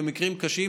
במקרים קשים.